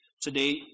Today